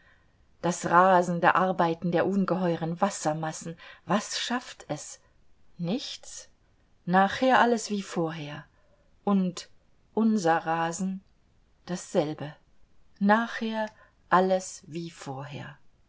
das rasende arbeiten der ungeheuren wassermassen was schafft es nichts nachher alles wie vorher und unser rasen dasselbe nachher alles wie vorher